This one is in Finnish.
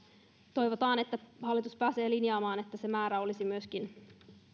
toivotaan että hallitus pääsee näin linjaamaan että se määrä myöskin olisi